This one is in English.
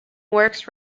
works